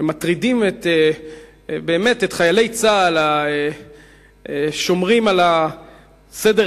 שמטרידים את חיילי צה"ל השומרים על הסדר